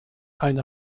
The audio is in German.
eine